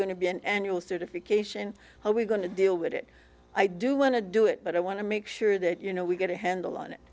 going to be an annual certification are we going to deal with it i do want to do it but i want to make sure that you know we get a handle on it